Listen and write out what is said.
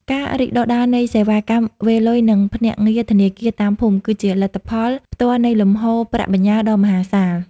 ការរីកដុះដាលនៃសេវាកម្មវេរលុយ និងភ្នាក់ងារធនាគារតាមភូមិ គឺជាលទ្ធផលផ្ទាល់នៃលំហូរប្រាក់បញ្ញើដ៏មហាសាល។